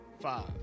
five